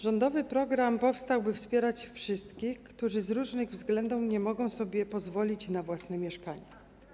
Rządowy program powstał, by wspierać wszystkich, którzy z różnych względów nie mogą sobie pozwolić na własne mieszkanie.